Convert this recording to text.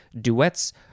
duets